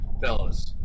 fellas